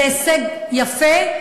זה הישג יפה,